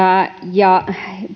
ja